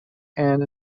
and